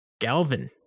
galvin